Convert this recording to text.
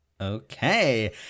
Okay